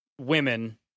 women